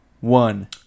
one